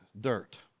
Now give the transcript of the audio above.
dirt